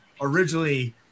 originally